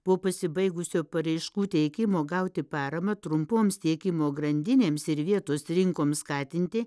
po pasibaigusio paraiškų teikimo gauti paramą trumpoms tiekimo grandinėms ir vietos rinkoms skatinti